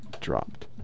dropped